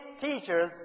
teachers